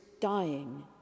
dying